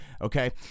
Okay